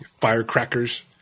Firecrackers